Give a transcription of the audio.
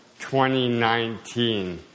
2019